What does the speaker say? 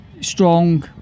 strong